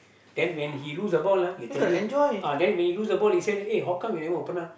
then when he lose the ball lah he tell you lah then when he lose the ball he say that eh how come you never open up